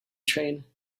train